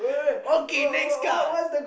okay next card